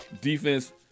defense